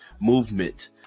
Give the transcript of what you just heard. movement